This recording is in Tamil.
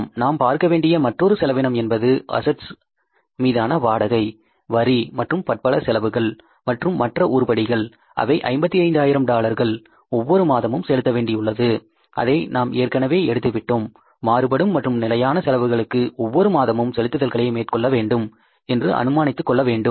ஆம் நாம் பார்க்கவேண்டிய மற்றொரு செலவினம் என்பது அஸ்ஸட்ஸ் மீதான வாடகை வரி மற்றும் பற்பல செலவுகள் மற்றும் மற்ற உருப்படிகள் அவை 55 ஆயிரம் டாலர்கள் ஒவ்வொரு மாதமும் செலுத்த வேண்டியுள்ளது அதை நாம் ஏற்கனவே எடுத்து விட்டோம் மாறுபடும் மற்றும் நிலையான செலவுகளுக்கு ஒவ்வொரு மாதமும் செலுத்துதல்களை மேற்கொள்ள வேண்டும் என்று அனுமானித்துக் கொள்ள வேண்டும்